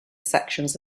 sections